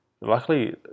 Luckily